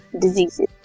diseases